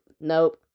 nope